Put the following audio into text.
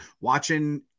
watching